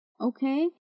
okay